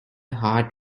heart